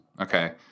Okay